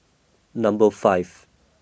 Number five